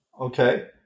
Okay